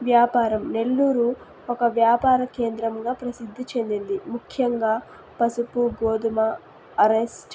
వ్యాపారం నెల్లూరు ఒక వ్యాపార కేంద్రంగా ప్రసిద్ధి చెందింది ముఖ్యంగా పసుపు గోధుమ అరెస్ట్